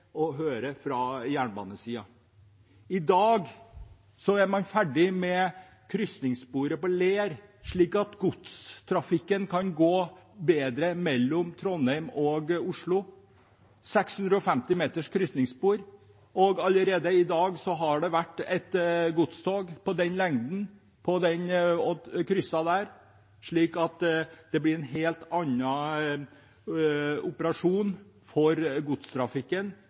man ferdig med krysningssporet på Ler, slik at godstrafikken kan gå bedre mellom Trondheim og Oslo – et 650 meters krysningsspor. Allerede i dag har det vært et godstog på den lengden og krysset der. Det blir en helt annen operasjon for godstrafikken,